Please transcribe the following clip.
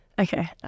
Okay